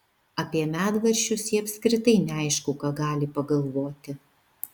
apie medvaržčius ji apskritai neaišku ką gali pagalvoti